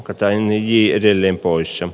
katainen hihii edelleen poissa